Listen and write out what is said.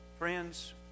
Friends